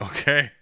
Okay